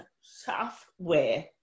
software